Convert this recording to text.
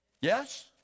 Yes